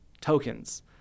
tokens